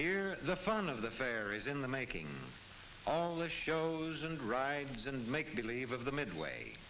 here the fun of the fair is in the making all the shows and rides and make believe of the midway